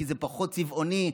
כי זה פחות צבעוני?